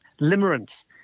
limerence